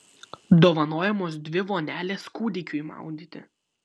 dovanojamos dvi vonelės kūdikiui maudyti